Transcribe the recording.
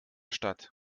stadt